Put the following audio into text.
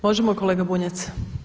Možemo kolega Bunjac.